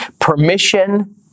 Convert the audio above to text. Permission